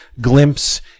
glimpse